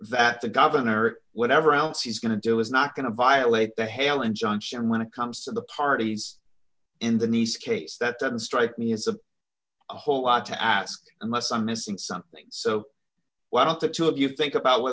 that the governor or whatever else he's going to do is not going to violate the hail injunction when it comes to the parties in the nice case that doesn't strike me as a whole lot to ask unless i'm missing something so why don't the two of you think about wh